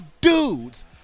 dudes